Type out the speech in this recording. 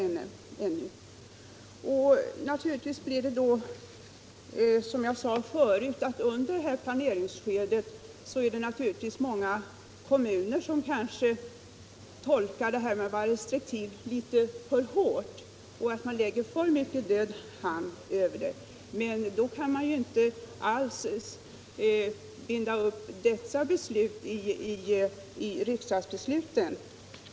Under planeringsskedet är det naturligtvis, som jag sade tidigare, många kommuner som tolkar uppmaningen att vara restriktiva litet för hårt och därför lägger en död hand över detta område. Men i så fall kan man inte binda upp de besluten till riksdagsbeslutet.